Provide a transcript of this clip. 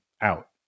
out